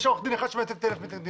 יש עו"ד אחד שמייצג אותם.